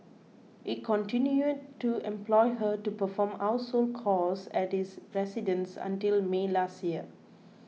he continued to employ her to perform household chores at his residence until May last year